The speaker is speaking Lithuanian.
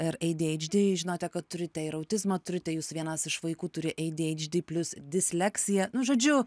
ir ei dy eidž dy jūs žinote kad turite ir autizmą turite jūsų vienas iš vaikų turi ei dy eidž dy plius disleksiją nu žodžiu